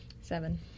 Seven